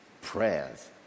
prayers